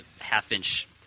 half-inch